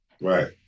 Right